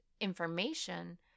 information